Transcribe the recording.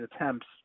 attempts